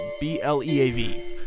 B-L-E-A-V